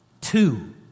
two